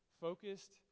focused